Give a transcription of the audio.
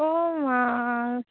অঁ মা